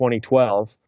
2012